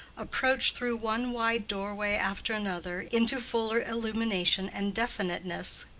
approached through one wide doorway after another into fuller illumination and definiteness.